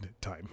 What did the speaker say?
time